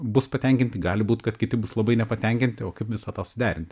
bus patenkinti gali būt kad kiti bus labai nepatenkinti o kaip visą tą suderinti